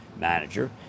manager